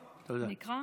תודה.